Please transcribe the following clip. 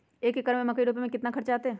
एक एकर में मकई रोपे में कितना खर्च अतै?